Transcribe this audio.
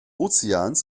ozeans